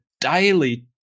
daily